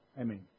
Amen